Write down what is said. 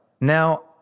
Now